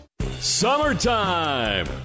Summertime